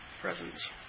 presence